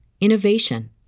innovation